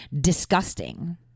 disgusting